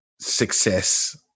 success